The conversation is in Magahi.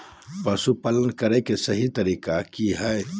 पशुपालन करें के सही तरीका की हय?